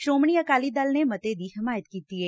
ਸ੍ਰੋਮਣੀ ਅਕਾਲੀ ਦਲ ਨੇ ਮਤੇ ਦੀ ਹਮਾਇਤ ਕੀਡੀ ਏ